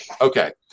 Okay